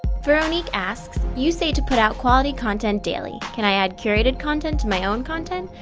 veronique asks, you say to put out quality content daily. can i add curated content to my own content?